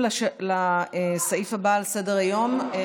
21 בעד, אין מתנגדים, אין